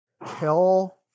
Hell